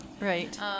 Right